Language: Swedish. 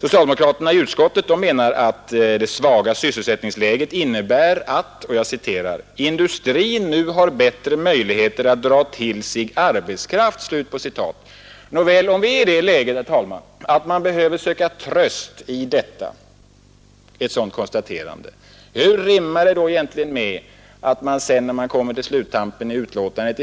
Socialdemokraterna i utskottet menar, att det svaga sysselsättningsläget innebär att ”industrin nu har bättre möjligheter att dra till sig arbetskraft”. Nåväl, om man är i det läget, herr talman, att man behöver söka tröst i ett sådant konstaterande, hur rimmar det då med att man sedan, när man kommer till sluttampen i betänkandet,